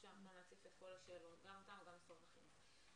בבקשה.